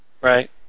Right